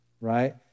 right